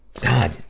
God